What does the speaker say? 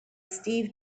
steve